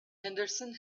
henderson